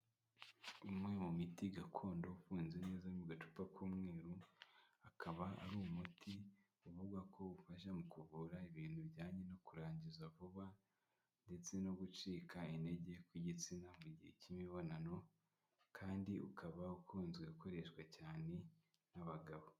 Umwe mu miti gakondo ufunze neza uri mu gacupa k'umweru, akaba ari umuti uvugwa ko ufasha mu kuvura ibintu bijyanye no kurangiza vuba ndetse no gucika intege kw'igitsina mu gihe cy'imibonano kandi ukaba ukunzwe gukoreshwa cyane n'abagabo.